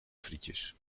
frietjes